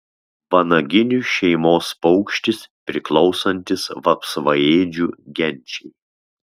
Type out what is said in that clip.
vanaginių šeimos paukštis priklausantis vapsvaėdžių genčiai